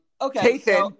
Okay